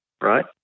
right